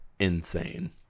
Insane